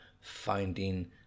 finding